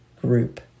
group